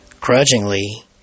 Grudgingly